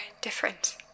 different